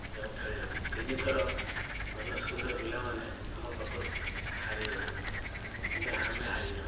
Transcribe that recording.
ଯାଉ ଖେଳିବାକୁ ତିନିଥର ଅନ୍ୟ ସ୍କୁଲ୍ର ପିଲାମାନେ ଆମ ପାଖୁରୁ ହାରି ଯାଇଛନ୍ତି କିନ୍ତୁ ଆମେ ହାରି ନାହୁଁ